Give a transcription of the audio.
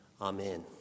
Amen